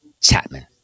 Chapman